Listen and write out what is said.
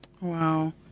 Wow